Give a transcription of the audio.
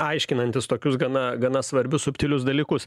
aiškinantis tokius gana gana svarbius subtilius dalykus